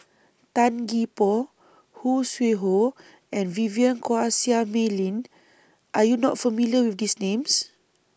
Tan Gee Paw Khoo Sui Hoe and Vivien Quahe Seah Mei Lin Are YOU not familiar with These Names